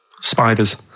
Spiders